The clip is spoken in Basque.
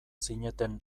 zineten